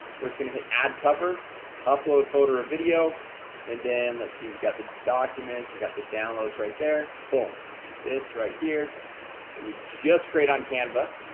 we're just gonna hit add cover upload folder or video and then let's see. we've got the documents. we got the downloads right there boom this right here that we just create on canva